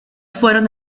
fueron